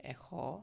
এশ